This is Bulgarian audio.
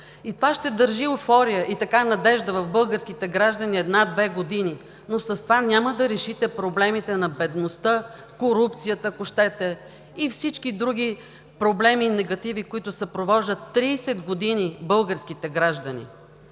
И това ще държи надежда и еуфория в българските граждани една-две години, но с това няма да решите проблемите на бедността, корупцията, ако щете, и всички други проблеми, негативи, които съпровождат 30 години българските граждани.